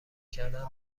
کردن